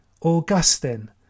Augustine